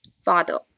father